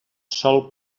sol